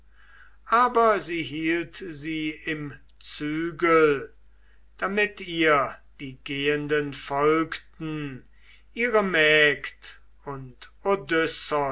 aber sie hielt sie im zügel damit ihr die gehenden folgten ihre mägd und